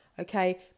Okay